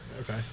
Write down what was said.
Okay